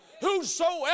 Whosoever